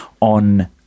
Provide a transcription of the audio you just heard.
on